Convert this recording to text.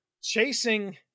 chasing